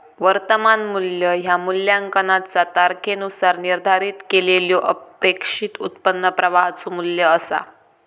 वर्तमान मू्ल्य ह्या मूल्यांकनाचा तारखेनुसार निर्धारित केलेल्यो अपेक्षित उत्पन्न प्रवाहाचो मू्ल्य असा